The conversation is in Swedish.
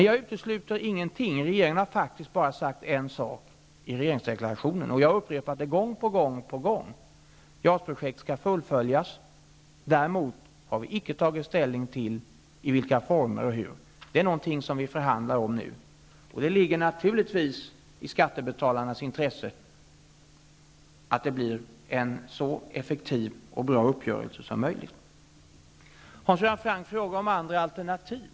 Jag utesluter ingenting. Regeringen har faktiskt bara sagt en sak i regeringsdeklarationen. Jag har upprepat det gång på gång: JAS-projektet skall fullföljas. Vi har däremot inte tagit ställning till i vilka former och hur. Det är någonting som vi förhandlar om nu. Det ligger naturligtvis i skattebetalarnas intresse att det blir en så effektiv och bra uppgörelse som möjligt. Hans Göran Franck frågade om andra alternativ.